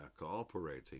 cooperating